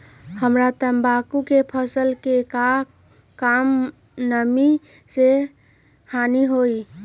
हमरा तंबाकू के फसल के का कम नमी से हानि होई?